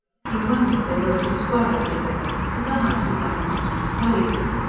for a wonder they were at a soiree together, at the house of one of mahony's colleagues.